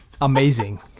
amazing